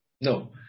no